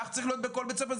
כך צריך להיות בכל בית ספר.